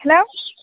hello